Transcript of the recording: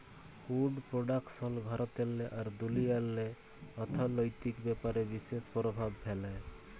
would পরডাকশল ভারতেল্লে আর দুনিয়াল্লে অথ্থলৈতিক ব্যাপারে বিশেষ পরভাব ফ্যালে